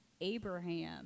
Abraham